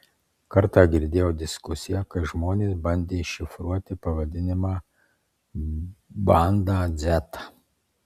kartą girdėjau diskusiją kai žmonės bandė iššifruoti pavadinimą bandą dzeta